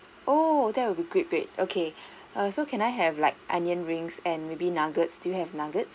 oh that would be great great okay err so can I have like onion rings and maybe nuggets do you have nuggets